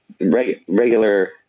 Regular